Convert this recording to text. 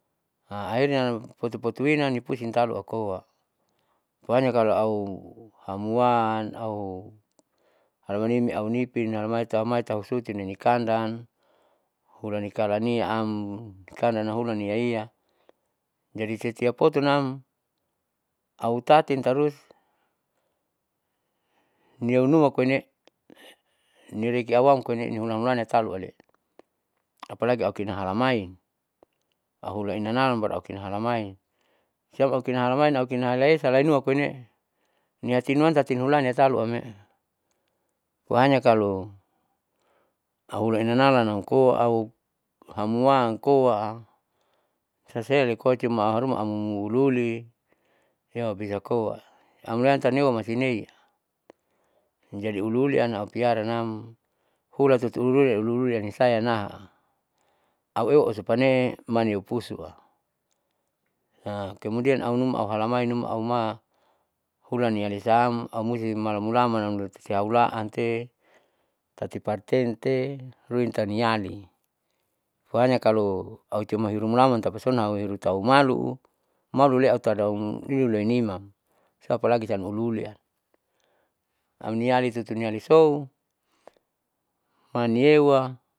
ahirnya potupotuina nipusing taloakoa po hanya kalo auhamwan, au halamanimi aunipin halami tau maitausucini nikandan hulanikalani am ikandan hulani iyaiya jadi setiap foto nam au tatin tarus niaunua koine niriki awamkoine nihulahulana taluale'e apalagi aukina halamain auhula inanam baru aukina halamain siam aukina halamain aukina halaesa lainua koine'e niatin nuan tati hulani hatalo amne'e po hanya kalo auhula inanalan amkoa au hamwan koa sasele koa cuma auharuma amluli siobisa koa. aumulan tawena masineiya jadi uliuli anaupiara nam hulatutu sayanaha auewa usupanne maniu pusua kemudian aunuma auhalamain numa auma hulanialesaam aumusi malamulaman aureteteaulaante tati partente ruin taniali po hanya kalo au cuma hirumulaman tapa son au hiru tau malu malule autada auleunima apa lagi siam huliulia auniali tutu nialisou manyewa.